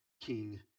king